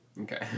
Okay